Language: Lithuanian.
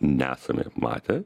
nesame matę